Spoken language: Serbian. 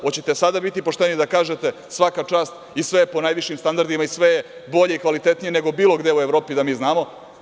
Hoćete sada biti pošteni da kažete svaka čast i sve je po najvišim standardima i sve je bolje i kvalitetnije nego bilo gde u Evropi da mi znamo?